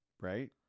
Right